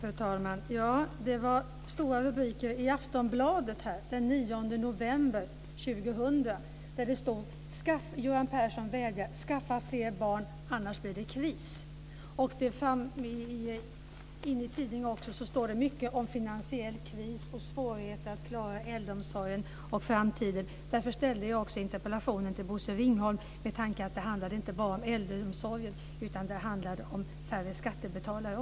Fru talman! Det var stora rubriker i Aftonbladet den 9 november år 2000. Det stod: Göran Persson vädjar. Skaffa fler barn, annars blir det kris. Inne i tidningen står det mycket om finansiell kris och svårigheter att klara äldreomsorgen i framtiden. Därför ställde jag interpellationen till Bosse Ringholm med tanke på att det inte bara handlar om äldreomsorgen utan också om färre skattebetalare.